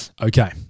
Okay